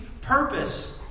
purpose